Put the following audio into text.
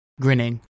grinning